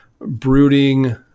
brooding